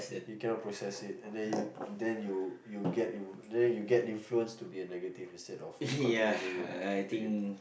you cannot process it and then you then you you get you then you get influenced to be a negative instead of continue being a negative